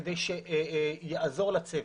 כדי שיעזור לצוות.